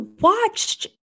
watched